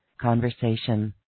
conversation